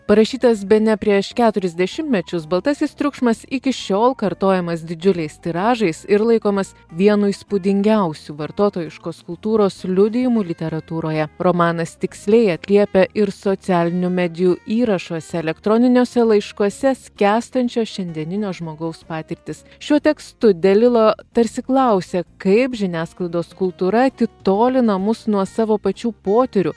parašytas bene prieš keturis dešimtmečius baltasis triukšmas iki šiol kartojamas didžiuliais tiražais ir laikomas vienu įspūdingiausių vartotojiškos kultūros liudijimų literatūroje romanas tiksliai atliepia ir socialinių medijų įrašuose elektroniniuose laiškuose skęstančias šiandieninio žmogaus patirtis šiuo tekstu delilo tarsi klausia kaip žiniasklaidos kultūra atitolina mus nuo savo pačių potyrių